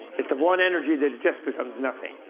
it's the one energy that just becomes nothing.